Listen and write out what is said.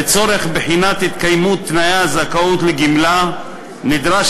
לצורך בחינת התקיימות תנאי הזכאות לגמלה נדרש